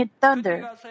thunder